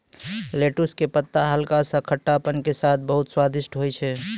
lettuce के पत्ता हल्का सा खट्टापन के साथॅ बहुत स्वादिष्ट होय छै